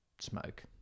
smoke